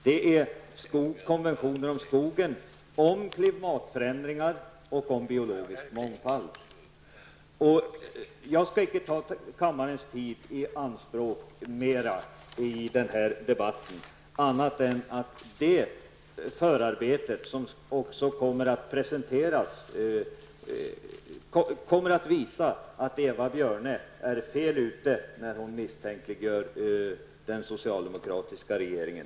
Det är konventioner om skogen, om klimatförändringar och om biologisk mångfald. Jag skall inte ta mer av kammarens tid i anspråk, men jag hoppas att det förarbete som skall presenteras kommer att visa att Eva Björne är fel ute när hon i den här frågan misstänkliggör den socialdemokratiska regeringen.